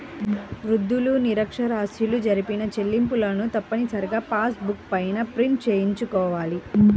వృద్ధులు, నిరక్ష్యరాస్యులు జరిపిన చెల్లింపులను తప్పనిసరిగా పాస్ బుక్ పైన ప్రింట్ చేయించుకోవాలి